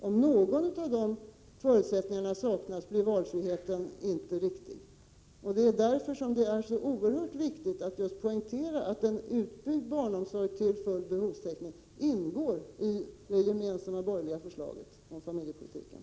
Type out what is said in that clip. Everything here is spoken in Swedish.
Om några av förutsättningarna saknas blir det inte en riktig valfrihet. Därför är det oerhört viktigt att poängtera att en utbyggd barnomsorg och full behovstäckning ingår i det gemensamma borgerliga förslaget om familjepolitiken.